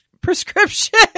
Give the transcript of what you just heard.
prescription